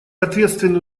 ответственный